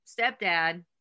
stepdad